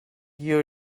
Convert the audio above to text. you